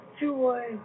joy